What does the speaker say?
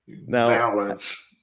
Balance